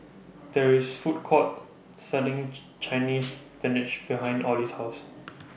There IS Food Court Selling Chinese Spinach behind Orley's House